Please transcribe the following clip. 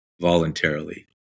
voluntarily